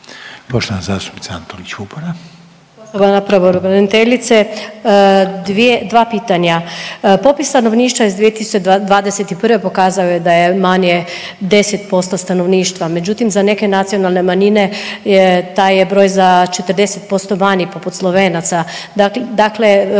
Poštovana zastupnica Antolić Vupora.